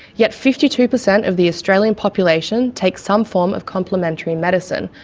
yet fifty two percent of the australian population takes some form of complementary medicine,